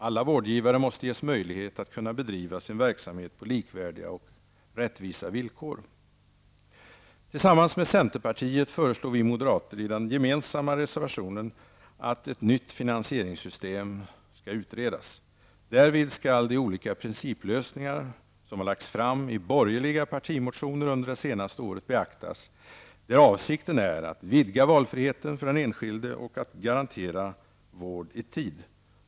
Alla vårdgivare måste ges möjlighet att bedriva sin verksamhet på likvärdiga och rättvisa villkor. Tillsammans med centerpartiet föreslår vi moderater i den gemensamma reservationen att ett nytt finansieringssystem måste utredas. Därvid skall de olika principlösningar som har lagts fram i borgerliga partimotioner under det senaste året beaktas, där avsikten är att vidga valfriheten för den enskilde och att garantera vård i tid.